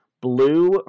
blue